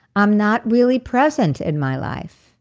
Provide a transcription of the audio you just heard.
i'm not really present in my life.